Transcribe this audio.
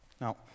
Now